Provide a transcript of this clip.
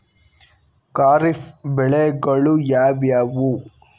ಖಾರಿಫ್ ಬೆಳೆಗಳು ಯಾವುವು?